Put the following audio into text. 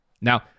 Now